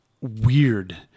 weird